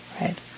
right